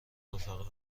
رفقا